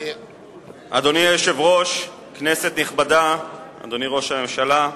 אדוני היושב-ראש, כנסת נכבדה, אדוני ראש הממשלה,